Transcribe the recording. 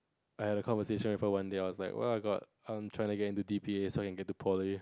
I had a conversation with her one day I was like oh my god I'm trying to get to D_P_A so I can get into Poly